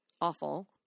awful